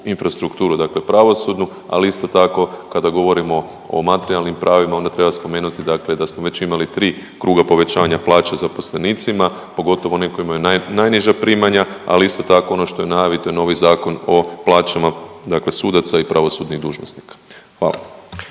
infrastrukturu dakle pravosudnu, ali isto tako kada govorimo o materijalnim pravima onda treba spomenuti dakle da smo već imali 3 kruga povećanja plaće zaposlenicima, pogotovo onim koji imaju najniža primanja, ali isto tako ono što je u najavi to je novi Zakon o plaćama dakle sudaca i pravosudnih dužnosnika. Hvala.